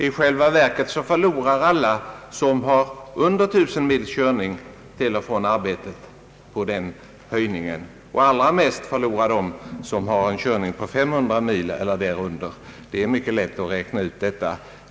I själva verket förlorar de flesta som har under 1 000 mils körning per år till och från arbetet på en sådan höjning, och allra mest förlorar de som kör 500 mil eller därunder — detta är mycket lätt att räkna ut.